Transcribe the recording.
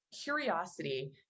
curiosity